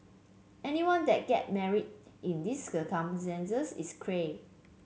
anyone that get married in these circumstances is cray